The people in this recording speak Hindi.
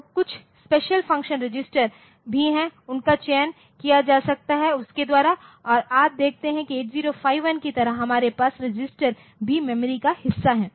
तो कुछ स्पेशल फ़ंक्शन रजिस्टर भी हैं उनका चयन किया जा सकता है उसके द्वारा और आप देखते हैं कि 8051 की तरह हमारे पास रजिस्टर भी मेमोरी का हिस्सा हैं